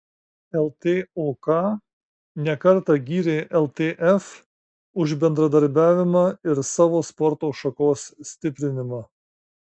ltok ne kartą gyrė ltf už bendradarbiavimą ir savo sporto šakos stiprinimą